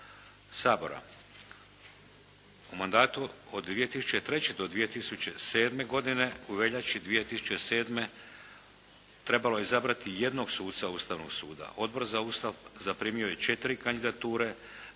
Sabora. U mandatu od 2003. do 2007. godine, u veljači 2007. trebalo je izabrati jednog suca Ustavnog suda. Odbor za Ustav zaprimio je 4 kandidature,